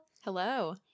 Hello